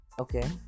okay